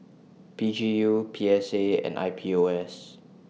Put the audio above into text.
P G U P S A and I P O S